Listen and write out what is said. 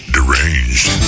Deranged